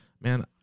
man